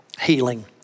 healing